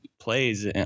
Plays